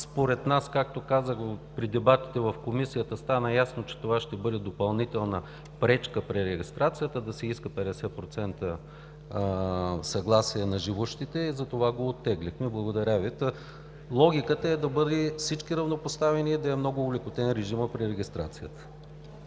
това. Както казах, при дебатите в Комисията стана ясно, че това ще бъде допълнителна пречка при регистрацията да се иска 50% съгласие на живущите и затова го оттеглихме. Логиката е всички да бъдат равнопоставени, да е олекотен много режимът при регистрацията.